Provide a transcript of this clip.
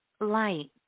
light